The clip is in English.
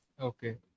okay